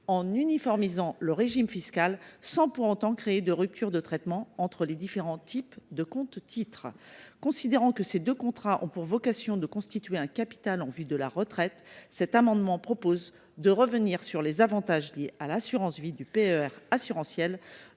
en uniformisant le régime fiscal, sans pour autant créer de rupture de traitement entre les différents types de compte titres. Considérant que ces deux contrats ont pour vocation de constituer pour leurs bénéficiaires un capital en vue de la retraite, nous proposons de revenir sur les avantages liés à l’assurance vie du PER assurantiel,